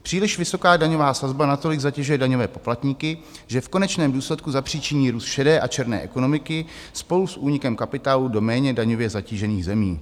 Příliš vysoká daňová sazba natolik zatěžuje daňové poplatníky, že v konečném důsledku zapříčiní růst šedé a černé ekonomiky spolu s únikem kapitálu do méně daňově zatížených zemí.